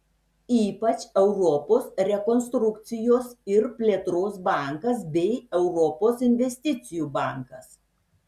ypač europos rekonstrukcijos ir plėtros bankas bei europos investicijų bankas